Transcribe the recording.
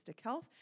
health